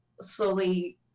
slowly